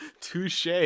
Touche